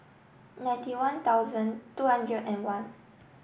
ninety one thousand two hundred and one